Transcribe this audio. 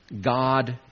God